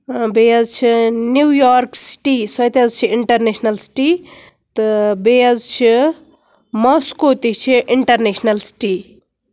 بیٚیہِ حظ چھِ نیویارٕک سِٹی سۄتہِ حظ چھِ اِنٛٹرنیشنَل سِٹی تہٕ بیٚیہِ حظ چھِ ماسٕکو تہِ چھِ اِنٹرنیشنَل سِٹی